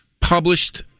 published